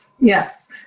Yes